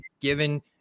given